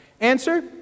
Answer